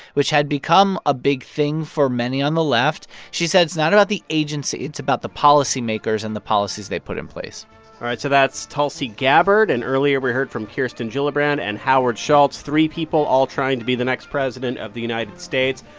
which had become a big thing for many on the left. she said it's not about the agency. it's about the policymakers and the policies they put in place all right, so that's tulsi gabbard. and earlier, we heard from kirsten gillibrand and howard schultz, three people all trying to be the next president of the united states.